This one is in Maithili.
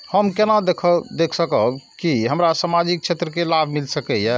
हम केना देख सकब के हमरा सामाजिक क्षेत्र के लाभ मिल सकैये?